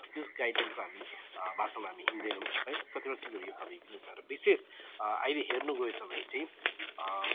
त्यो गाइडलाइनको हामी बाटोमा हामी हिँड्दैनौँ है कतिवटा चिजहरूको कमी पनि छ र विशेष अहिले हेर्नुगएछ भने चाहिँ